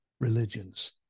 religions